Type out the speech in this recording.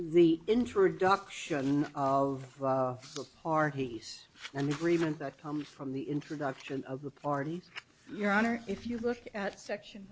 the introduction of the parties and the grievance that comes from the introduction of the parties your honor if you look at section